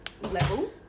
level